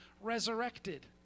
resurrected